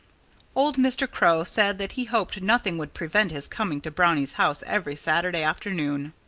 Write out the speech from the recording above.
old mr. crow said that he hoped nothing would prevent his coming to brownie's house every saturday afternoon.